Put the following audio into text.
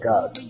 God